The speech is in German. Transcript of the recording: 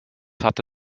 hatte